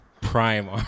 Prime